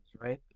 right